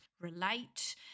relate